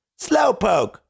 Slowpoke